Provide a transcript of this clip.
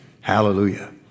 Hallelujah